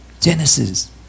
Genesis